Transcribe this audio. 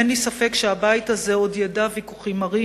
אין לי ספק שהבית הזה עוד ידע ויכוחים מרים,